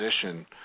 position